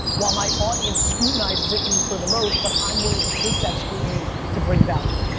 while my audience scrutinizes at me for the most, but i'm willing to take that scrutiny to bring value.